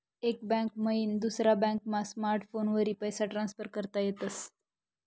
एक बैंक मईन दुसरा बॅकमा स्मार्टफोनवरी पैसा ट्रान्सफर करता येतस